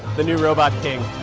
the new robot king.